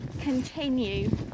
continue